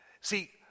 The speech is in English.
see